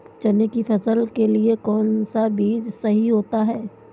चने की फसल के लिए कौनसा बीज सही होता है?